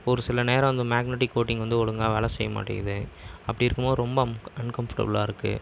ஒரு சில நேரம் அந்த மேகனெட்டிங் கோட்டிங் வந்து ஒழுங்காக வேலை செய்ய மாட்டேங்குது அப்படி இருக்கும் போது ரொம்ப அம் அன்கம்ஃபோர்ட்டபுல்லாக இருக்கு